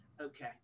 okay